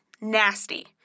nasty